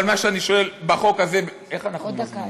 אבל מה שאני שואל בחוק הזה, איך אנחנו בזמנים?